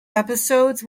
episodes